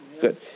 good